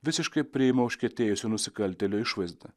visiškai priima užkietėjusio nusikaltėlio išvaizdą